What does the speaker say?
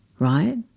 Right